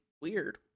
Weird